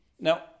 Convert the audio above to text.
Now